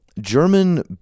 German